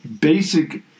basic